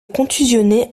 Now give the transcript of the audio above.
contusionné